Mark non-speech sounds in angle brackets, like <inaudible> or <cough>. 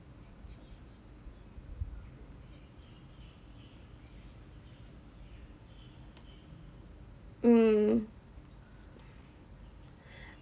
mm <breath>